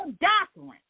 doctrine